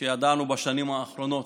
שידענו בשנים האחרונות,